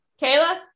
Kayla